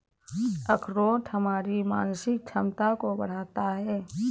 अखरोट हमारी मानसिक क्षमता को बढ़ाता है